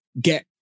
get